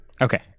Okay